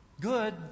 good